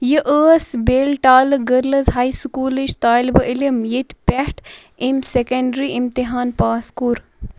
یہِ ٲس بیلٹالہٕ گٔرلٕز ہاے سٕکوٗلٕچ طالبہٕ عٔلِم ییٚتہِ پٮ۪ٹھ أمۍ سٮ۪كنٛڈرٛی اِمتِحان پاس کوٚر